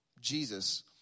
Jesus